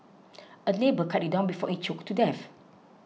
a neighbour cut it down before it choked to death